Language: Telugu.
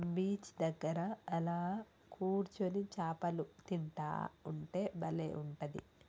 బీచ్ దగ్గర అలా కూర్చొని చాపలు తింటా ఉంటే బలే ఉంటది